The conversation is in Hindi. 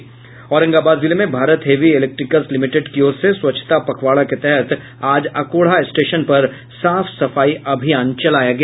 औरंगाबाद जिले में भारत हेवी इलेक्ट्रिल्स लिमिटेड की ओर से स्वच्छता पखवाड़ा के तहत आज अकोढ़ा स्टेशन पर साफ सफाई अभियान चलाया गया